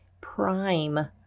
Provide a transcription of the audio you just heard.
prime